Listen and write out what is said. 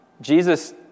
Jesus